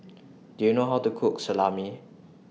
Do YOU know How to Cook Salami